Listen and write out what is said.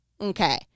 Okay